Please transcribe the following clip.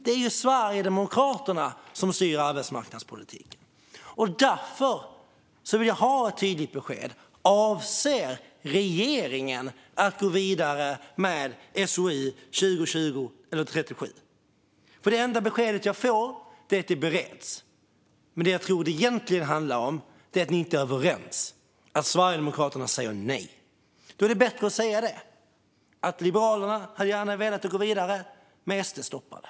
Det är Sverigedemokraterna som styr arbetsmarknadspolitiken. Därför vill jag ha ett tydligt besked. Avser regeringen att gå vidare med SOU 2020:37? Det enda besked som jag får är att den bereds. Det som jag tror att det egentligen handlar om är att ni inte är överens och att Sverigedemokraterna säger nej. Då är det bättre att säga det, att Liberalerna gärna hade gått vidare men att SD stoppade det.